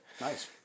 Nice